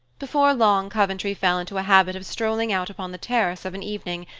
before long coventry fell into a habit of strolling out upon the terrace of an evening,